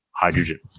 Hydrogen